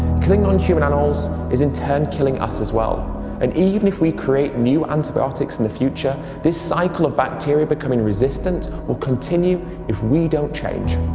killing non-human animals is in turn killing us as well and even if we create new antibiotics in the future this cycle of bacteria becoming resistant will continue if we don't change.